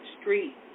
street